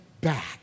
back